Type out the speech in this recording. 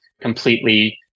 completely